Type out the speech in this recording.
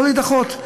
יכול להידחות.